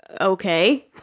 okay